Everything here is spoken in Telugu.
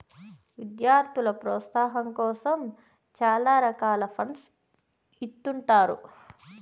విద్యార్థుల ప్రోత్సాహాం కోసం చాలా రకాల ఫండ్స్ ఇత్తుంటారు